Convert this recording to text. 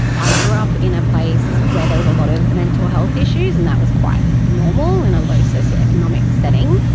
i grew up in a place where there was a lot of mental health issues and that was quite normal in a low socio-economic setting,